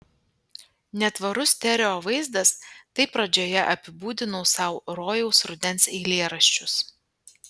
netvarus stereo vaizdas taip pradžioje apibūdinau sau rojaus rudens eilėraščius